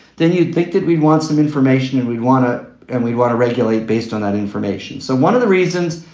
then you'd think that we'd want some information and we'd want to and we'd want to regulate based on that information. so one of the reasons,